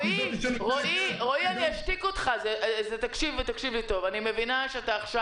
יש פה שניים שטרחו ולוקחים חלק בדיון שמבחינתי הוא מטה לחמנו,